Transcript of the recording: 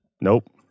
Nope